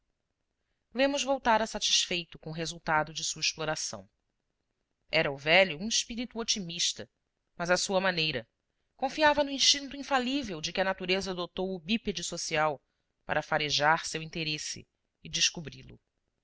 ordem lemos voltara satisfeito com o resultado da sua exploração era o velho um espírito otimista mas à sua maneira confia va no instinto infalível de que a natureza dotou o bípede social para farejar seu interesse e descobri lo